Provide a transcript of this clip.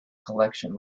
collection